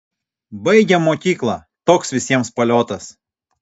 baigėm mokyklą toks visiems paliotas